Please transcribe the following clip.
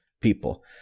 people